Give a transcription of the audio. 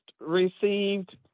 received